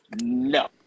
No